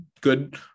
good